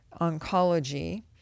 Oncology